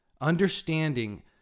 understanding